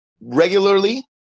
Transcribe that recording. regularly